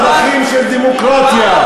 ערכים של דמוקרטיה,